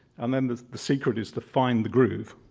and then the the secret is to find the groove,